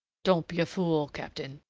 don't be a fool, captain.